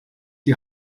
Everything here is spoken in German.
die